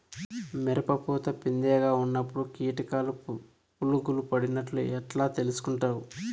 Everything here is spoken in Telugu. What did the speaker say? మిరప పూత పిందె గా ఉన్నప్పుడు కీటకాలు పులుగులు పడినట్లు ఎట్లా తెలుసుకుంటావు?